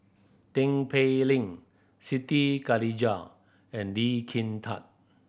Tin Pei Ling Siti Khalijah and Lee Kin Tat